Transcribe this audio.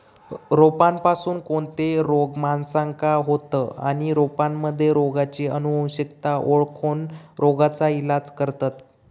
रोपांपासून कोणते रोग माणसाका होतं आणि रोपांमध्ये रोगाची अनुवंशिकता ओळखोन रोगाचा इलाज करतत